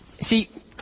see